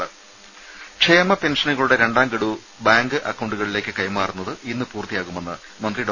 ടെട്ട ക്ഷേമ പെൻഷനുകളുടെ രണ്ടാംഗഡു ബാങ്ക് അക്കൌണ്ടുകളിലേക്ക് കൈമാറുന്നത് ഇന്ന് പൂർത്തിയാകുമെന്ന് മന്ത്രി ഡോ